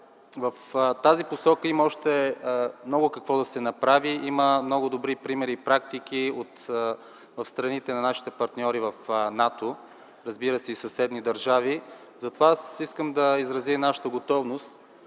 в тази посока има още много какво да се направи, има много добри примери и практики в страните на нашите партньори в НАТО. Разбира се и съседни държави. Затова аз искам да изразя нашата готовност,